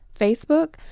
Facebook